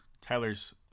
Tyler's